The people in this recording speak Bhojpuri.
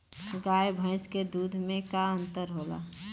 गाय भैंस के दूध में का अन्तर होला?